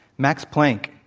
max plank,